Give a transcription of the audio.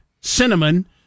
cinnamon